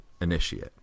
Initiate